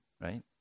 right